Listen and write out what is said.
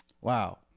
wow